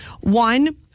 One